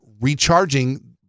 recharging